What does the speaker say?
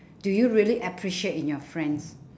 do you really appreciate in your friends